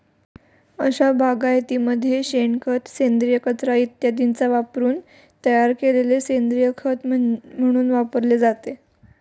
अशा बागायतीमध्ये शेणखत, सेंद्रिय कचरा इत्यादींचा वापरून तयार केलेले सेंद्रिय खत खत म्हणून वापरले जाते